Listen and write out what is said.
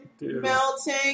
melting